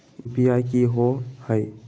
UPI कि होअ हई?